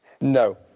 No